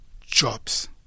jobs